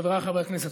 חבריי חברי הכנסת,